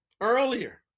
earlier